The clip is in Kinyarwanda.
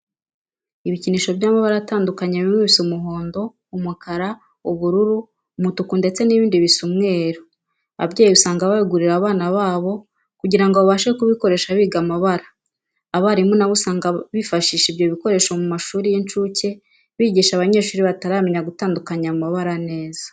Ibikinisho by'amabara atandukanye bimwe bisa umuhondo, umukara, ubururu, umutuku ndetse n'ibindi bisa umweru. Ababyeyi usanga babigurira abana babo kugira ngo babashe kubikoresha biga amabara. Abarimu nabo usanga bifashisha ibyo bikoresho mu mashuri y'incuke bigisha abanyeshuri bataramenya gutandukanya ayo mabara neza.